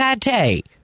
pate